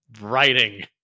writing